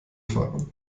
fahren